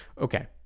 Okay